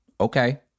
Okay